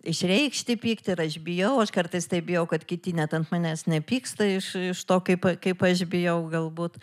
išreikšti pyktį ir aš bijau aš kartais taip bijau kad kiti net ant manęs nepyksta iš iš to kaip kaip aš bijau galbūt